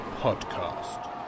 podcast